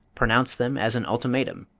pronounce them as an ultimatum.